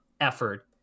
effort